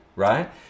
Right